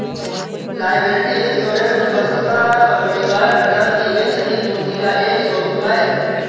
liability insurance वस्तुतः company द्वारा प्रदान की गई क्षतिपूर्ति का एक स्वरूप है